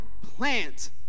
plant